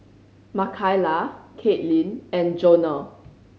Makaila Katelynn and Jonah